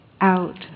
out